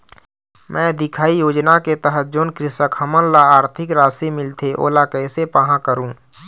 मैं दिखाही योजना के तहत जोन कृषक हमन ला आरथिक राशि मिलथे ओला कैसे पाहां करूं?